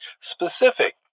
specific